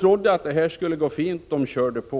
trodde att det skulle gå fint och körde på.